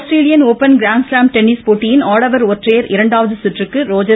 Australian open grand slam tennis போட்டியின் ஆடவர் ஒற்றையர் இரண்டாவது சுற்றுக்கு ரோஜர்